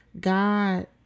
God